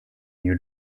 new